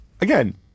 again